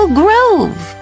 grove